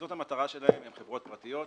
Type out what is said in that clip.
זו המטרה שלהן, הן חברות פרטיות,